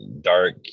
dark